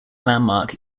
landmark